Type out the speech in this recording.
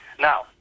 Now